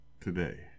today